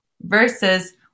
versus